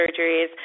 surgeries